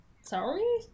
Sorry